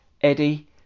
Eddie